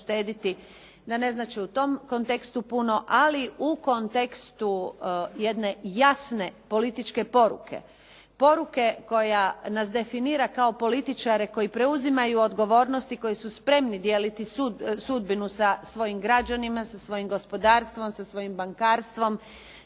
da ne znači u tom kontekstu puno ali u kontekstu jedne jasne političke poruke, poruke koja nas definira kao političare koji preuzimaju odgovornost i koji su spremni dijeliti sudbinu sa svojim građanima, sa svojim gospodarstvom, sa svojim bankarstvom,